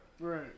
Right